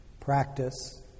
practice